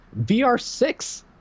VR6